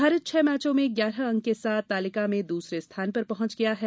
भारत छह मैचों में ग्यारह अंक के साथ तालिका में दूसरे स्थान पर पहुंच गया है